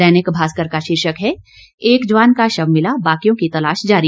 दैनिक भास्कर का शीर्षक है एक जवान का शव मिला बाकियों की तलाश जारी